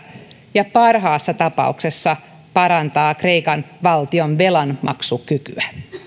ja parhaassa tapauksessa parantaa kreikan valtion velanmaksukykyä